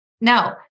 No